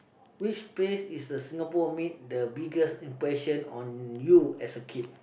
which place is the Singapore made the biggest impression on you as a kid